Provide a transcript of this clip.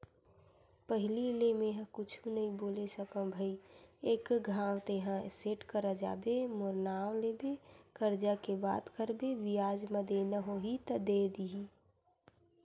पहिली ले मेंहा कुछु नइ बोले सकव भई एक घांव तेंहा सेठ करा जाबे मोर नांव लेबे करजा के बात करबे बियाज म देना होही त दे दिही